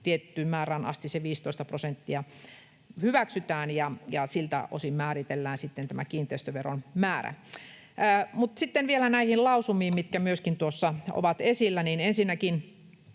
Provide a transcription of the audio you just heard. tiettyyn määrään asti se 15 prosenttia hyväksytään ja siltä osin määritellään kiinteistöveron määrä. Sitten vielä näihin lausumiin, mitkä myöskin tuossa ovat esillä: Ensinnäkin